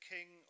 King